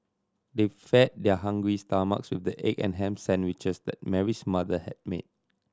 they fed their hungry stomach with the egg and ham sandwiches that Mary's mother had made